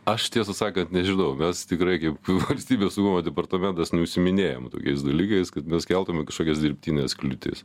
aš tiesą sakan nežinau mes tikrai kaip valstybės saugumo departamentas neužsiiminėjam tokiais dalykais kad mes keltume kažkokias dirbtines kliūtis